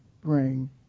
bring